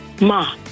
ma